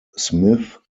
smith